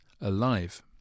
alive